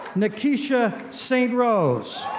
nekesha st. rose.